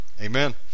Amen